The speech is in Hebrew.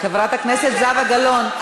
חברת הכנסת זהבה גלאון,